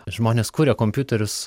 žmonės kuria kompiuterius